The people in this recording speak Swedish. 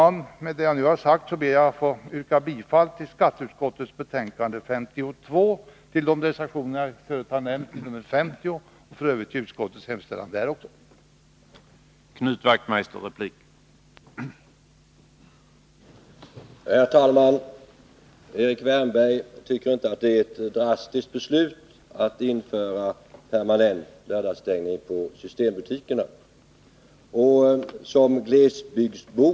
Med det som jag nu har sagt ber jag att få yrka bifall till hemställan i skatteutskottets betänkande 52, till de reservationer som jag tidigare har nämnt i skatteutskottets betänkande 50 och i övrigt till utskottets hemställan också i detta betänkande.